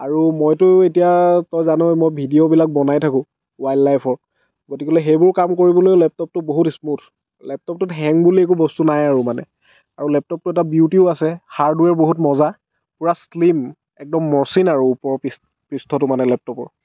আৰু মইতো এতিয়া তই জানয়ে মই ভিডিঅ'বিলাক বনায় থাকো ৱাইল লাইফৰ গতিকলে সেইবোৰ কাম কৰিবলৈ লেপটপটো বহুত স্মুথ লেপটপটোত হেং বুলি একো বস্তু নাই আৰু মানে আৰু লেপটপটো এটা বিউটিও আছে হাৰ্ডৱেৰো বহুত মজা পুৰা শ্লিম একদম মচিন আৰু ওপৰৰ পিছ পৃষ্ঠতো মানে লেপটপৰ